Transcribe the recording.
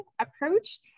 approach